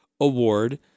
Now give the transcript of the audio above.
award